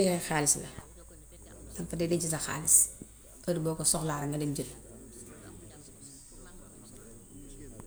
xaalis la. Dañ fa dee denc sa xaalis, heure boo ko soxlaa rekk nga dem jël.